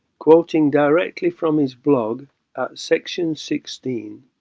quoting directly from his blog at section sixteen